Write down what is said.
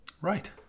Right